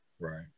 right